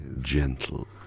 gentle